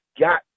got